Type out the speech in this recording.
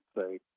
say